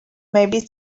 maybe